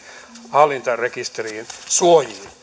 hallintarekisterien suojiin